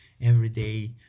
everyday